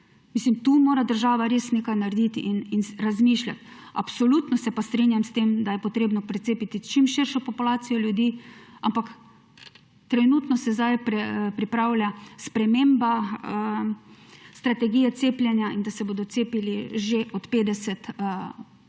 tu mora država res nekaj narediti in razmišljati. Absolutno se pa strinjam s tem, da je potrebno precepiti čim širšo populacijo ljudi, ampak trenutno se zdaj pripravlja sprememba strategije cepljenja in se bodo cepili že stari